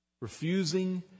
Refusing